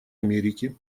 америки